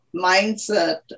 mindset